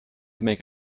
make